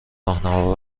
راهنما